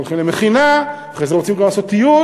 הולכים למכינה, אחרי זה רוצים גם לעשות טיול,